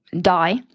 Die